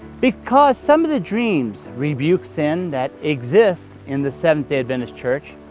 because some of the dreams rebuke sin that exists in the seventh-day adventist church,